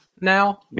now